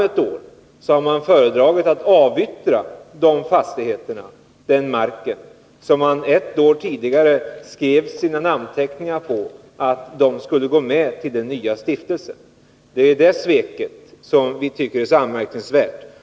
Ett år senare har man föredragit att avyttra de fastigheter och den mark som man i ett avtal, med sina namnteckningar under, hade sagt skulle följa med till den nya stiftelsen. Det är det sveket som vi tycker är så anmärkningsvärt.